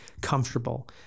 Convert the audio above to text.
comfortable